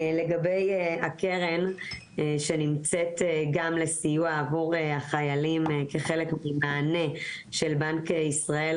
לגבי הקרן שנמצאת גם לסיוע עבור החיילים כחלק ממענה של בנק ישראל,